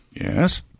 Yes